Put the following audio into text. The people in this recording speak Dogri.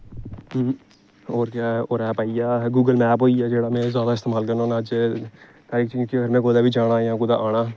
और केह् आई गेआ गुगल मेप होई गेआ जेहड़ा इयै ज्यादा इस्तेमाल करना कुतै बी जाना जां आना